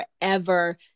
forever